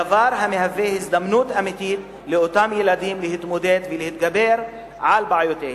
דבר המהווה הזדמנות אמיתית לאותם ילדים להתמודד ולהתגבר על בעיותיהם.